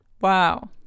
Wow